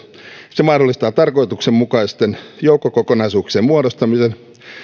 se mahdollistaa tarkoituksenmukaisten joukkokokonaisuuksien muodostamisen